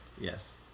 yes